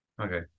Okay